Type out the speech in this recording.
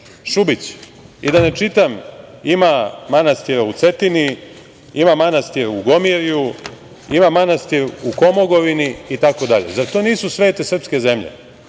Šubić i da ne čitam, ima manastira u Cetini, ima manastira u Gomirju, ima manastira u Komogovini, itd. Zar to nisu svete srpske zemlje?